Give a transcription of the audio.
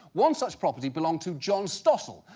one such property belonged to john stossel,